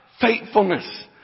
faithfulness